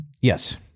Yes